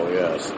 yes